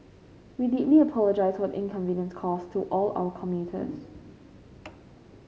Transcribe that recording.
we deeply apologise were inconvenience caused to all our commuters